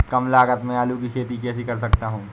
कम लागत में आलू की खेती कैसे कर सकता हूँ?